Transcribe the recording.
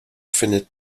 finite